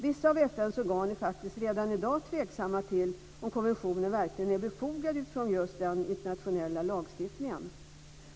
Vissa av FN:s organ är faktiskt redan i dag tveksamma till om konventionen verkligen är befogad utifrån just den internationella lagstiftningen.